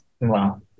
Wow